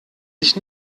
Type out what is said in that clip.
ich